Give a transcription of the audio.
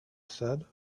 said